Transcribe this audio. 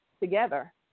together